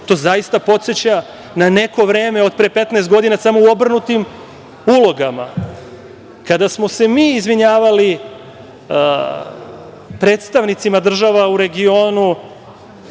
To zaista podseća na neko vreme od pre 15 godina, samo u obrnutim ulogama, kada smo se mi izvinjavali predstavnicima država u regionu